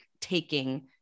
taking